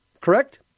Correct